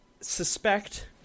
suspect